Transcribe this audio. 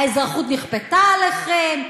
האזרחות נכפתה עליכם,